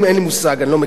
אני לא מכיר את האיש,